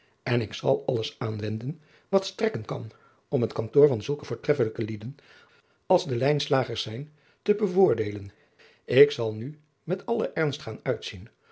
en ik zal alles aanwenden wat strekken kan om het kantoor van zulke voortreffelijke lieden als de lijnslagers zijn te bevoordeelen ik zal nu met allen ernst gaan uitzien